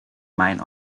mine